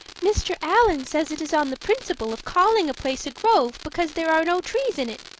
mr. allan says it is on the principle of calling a place a grove because there are no trees in it,